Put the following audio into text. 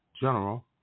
General